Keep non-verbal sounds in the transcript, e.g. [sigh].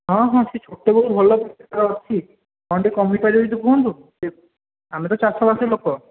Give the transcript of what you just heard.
ହଁ ହଁ ସେ ଛୋଟବେଳୁ ଭଲ [unintelligible] ଅଛି କ'ଣ ଟିକିଏ କମିପାରିବ ଯଦି କୁହନ୍ତୁ ଆମେ ତ ଚାଷବାସ ଲୋକ